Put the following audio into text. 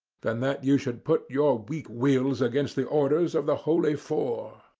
than that you should put your weak wills against the orders of the holy four!